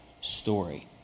story